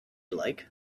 like